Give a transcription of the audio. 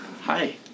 Hi